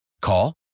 Call